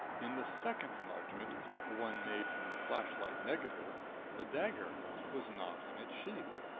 in the second enlargement the one made from the flashlight negative the dagger was not in its sheath.